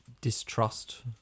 distrust